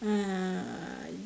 uh